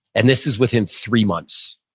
and this is within three months.